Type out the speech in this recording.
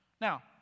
Now